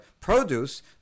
produce